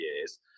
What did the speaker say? years